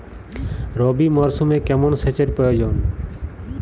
রবি মরশুমে কেমন সেচের প্রয়োজন?